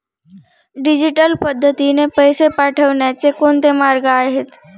Digital पद्धतीने पैसे पाठवण्याचे कोणते मार्ग आहेत?